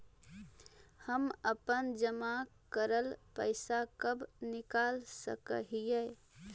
हम अपन जमा करल पैसा कब निकाल सक हिय?